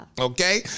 Okay